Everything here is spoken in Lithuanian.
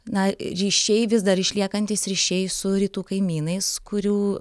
na ryšiai vis dar išliekantys ryšiai su rytų kaimynais kurių